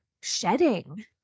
shedding